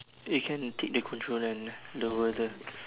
you can take the controller and lower the